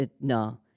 no